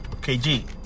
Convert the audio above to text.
KG